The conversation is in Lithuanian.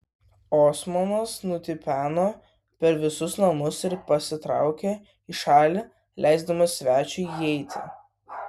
osmanas nutipeno per visus namus ir pasitraukė į šalį leisdamas svečiui įeiti